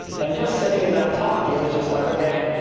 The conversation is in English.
and just sitting in that talk, he was just like, okay,